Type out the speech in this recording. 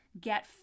get